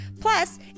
plus